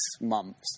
months